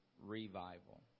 revival